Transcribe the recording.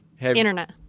Internet